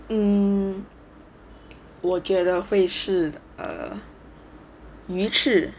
um 我觉得会是 err 鱼翅